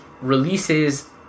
releases